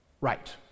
right